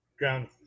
Ground